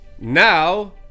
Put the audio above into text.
Now